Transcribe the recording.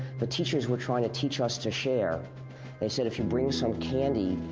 the teachers were trying to teach us to share. they said if you bring some candy,